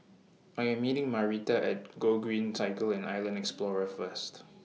I Am meeting Marita At Gogreen Cycle and Island Explorer First